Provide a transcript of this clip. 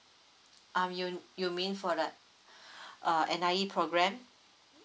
um you you mean for like uh N_I_E program